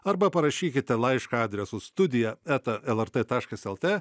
arba parašykite laišką adresu studija eta lrt taškas lt